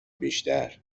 بیشتر